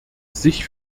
sich